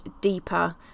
deeper